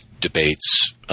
debates